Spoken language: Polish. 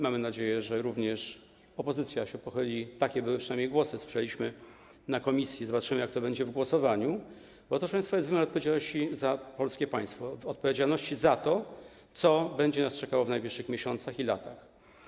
Mamy nadzieję, że również opozycja się przychyli - przynajmniej takie głosy słyszeliśmy w komisji, zobaczymy, jak to będzie podczas głosowania - bo to, proszę państwa, jest wymiar odpowiedzialności za polskie państwo, odpowiedzialności za to, co będzie nas czekało w najbliższych miesiącach i latach.